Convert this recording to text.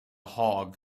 hog